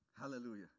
Hallelujah